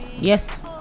yes